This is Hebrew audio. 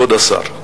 כבוד השר,